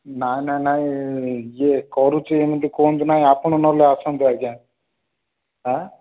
ନା ନା ନାଇଁ ଯିଏ କରୁଛି ଏମିତି କୁହନ୍ତୁ ନାଇଁ ଆପଣ ନହେଲେ ଆସନ୍ତୁ ଆଜ୍ଞା ଆ